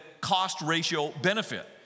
cost-ratio-benefit